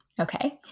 Okay